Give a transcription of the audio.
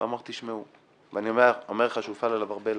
ואמר, תשמעו, אני אומר לך שהופעל עליו הרבה לחץ.